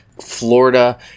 Florida